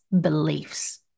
beliefs